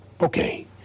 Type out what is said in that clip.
okay